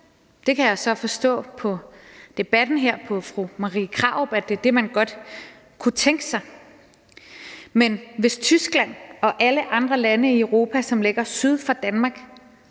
Jeg kan så forstå på fru Marie Krarup i debatten her, at det er det, man godt kunne tænke sig. Men hvis Tyskland og alle andre lande i Europa, som ligger syd for Danmark,